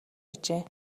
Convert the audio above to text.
ажээ